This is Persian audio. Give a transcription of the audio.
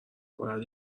باید